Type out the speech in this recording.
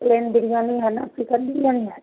plane biryani है ना chicken biryani है